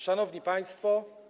Szanowni Państwo!